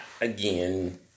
again